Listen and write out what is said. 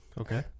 Okay